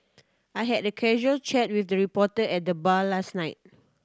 I had a casual chat with a reporter at the bar last night